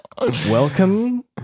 welcome